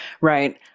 right